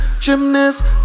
gymnast